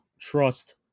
trust